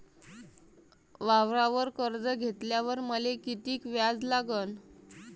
वावरावर कर्ज घेतल्यावर मले कितीक व्याज लागन?